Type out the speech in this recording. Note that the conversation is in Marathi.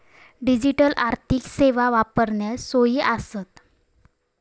डिजिटल आर्थिक सेवा वापरण्यास सोपी असता